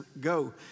go